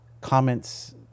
comments